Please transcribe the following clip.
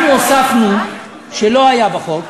אנחנו הוספנו, מה שלא היה בחוק,